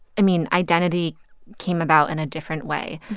i mean, identity came about in a different way.